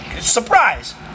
Surprise